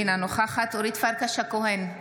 אינה נוכחת אורית פרקש הכהן,